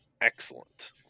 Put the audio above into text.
excellent